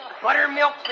Buttermilk